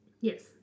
Yes